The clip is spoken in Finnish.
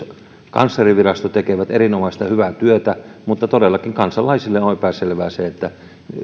kanslia että oikeuskanslerinvirasto tekevät erinomaista ja hyvää työtä mutta todellakin kansalaisille on epäselvää